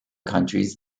countries